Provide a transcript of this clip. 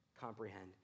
comprehend